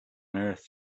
earth